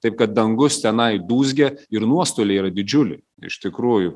taip kad dangus tenai dūzgia ir nuostoliai yra didžiuliai iš tikrųjų